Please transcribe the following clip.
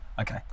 Okay